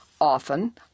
Often